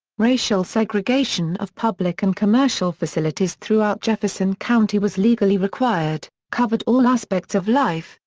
racial segregation of public and commercial facilities throughout jefferson county was legally required, covered all aspects of life,